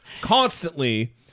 constantly